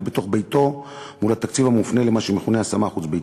בתוך ביתו מול התקציב המופנה למה שמכונה השמה חוץ-ביתית.